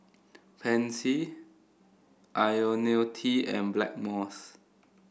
Pansy IoniL T and Blackmores